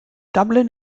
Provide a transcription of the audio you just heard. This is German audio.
dublin